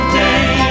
day